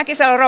isää